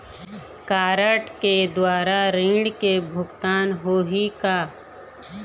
Card के द्वारा ऋण के भुगतान होही का?